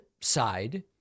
side